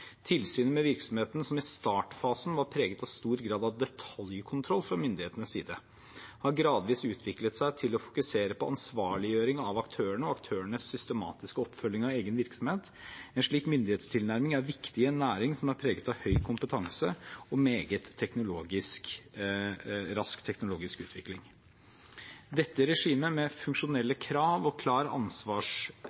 Tilsynet med virksomheten, som i startfasen var preget av stor grad av detaljkontroll fra myndighetenes side, har gradvis utviklet seg til å fokusere på ansvarliggjøring av aktørene og aktørenes systematiske oppfølging av egen virksomhet. En slik myndighetstilnærming er viktig i en næring som preges av høy kompetanse og meget rask teknologisk utvikling. Dette regimet, med